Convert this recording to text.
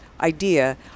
idea